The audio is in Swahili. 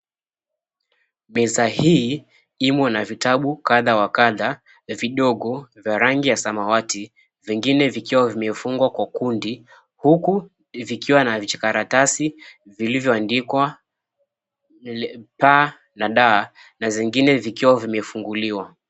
Meza hii imo na vitabu kadha wa kadha vidogo vya rangi ya samawati, vingine vikiwa vimefungwa kwa kundi huku vikiwa na vijikaratasi vilivyoandikwa p na d na zingine zikiwa zimefunguliwa.